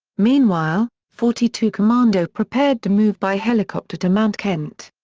meanwhile, forty two commando prepared to move by helicopter to mount kent.